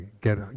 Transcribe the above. get